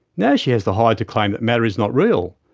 now she has the hide to claim that matter is not real,